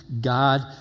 God